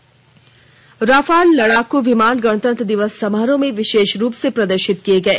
इन Rafale लड़ाकू विमान गणतंत्र दिवस समारोह में विशेष रूप से प्रदर्शित किए गए